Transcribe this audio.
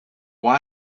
why